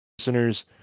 listeners